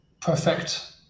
perfect